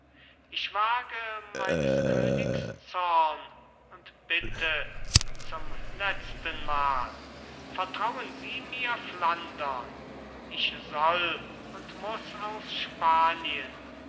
ich wage meines königs zorn und bitte zum letztenmal vertrauen sie mir flandern ich soll und muß aus spanien